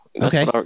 okay